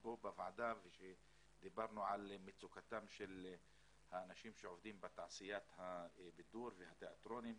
ודיברנו על מצוקתם של האנשים שעובדים בתעשיית הבידור ובתיאטראות.